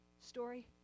story